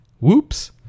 whoops